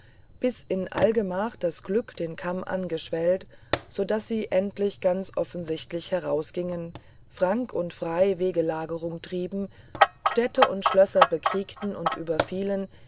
bis jnn allgemach das glück den kamm angeschwellt also daß sy endlich ganz offentlich herausgingen frank und frey wegelagerung triben städte und schlösser bekriegten und überfielen